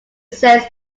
says